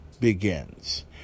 begins